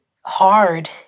hard